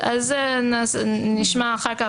כדי שלא ניפול